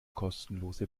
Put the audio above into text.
kostenlose